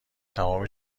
تمام